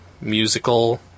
musical